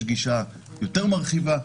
יש גישה יותר מרחיבה,